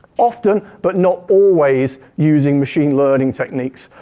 often, but not always using machine learning techniques.